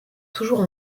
toujours